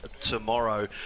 tomorrow